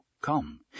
Come